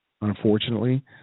unfortunately